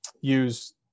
use